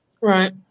Right